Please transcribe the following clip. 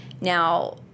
Now